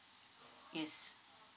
yes